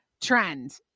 trend